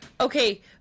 Okay